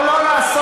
או לא לעשות,